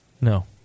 No